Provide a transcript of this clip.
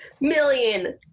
million